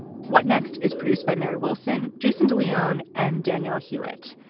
what next is produced by mary wilson, jason de leon and daniel hewitt.